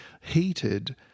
heated